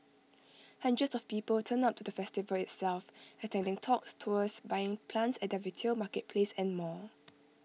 hundreds of people turned up to the festival itself attending talks tours buying plants at their retail marketplace and more